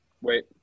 Wait